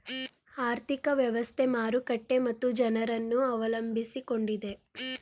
ಆರ್ಥಿಕ ವ್ಯವಸ್ಥೆ, ಮಾರುಕಟ್ಟೆ ಮತ್ತು ಜನರನ್ನು ಅವಲಂಬಿಸಿಕೊಂಡಿದೆ